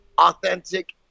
authentic